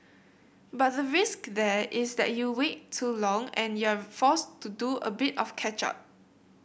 but the risk there is that you wait too long and you're forced to do a bit of catch up